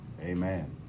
amen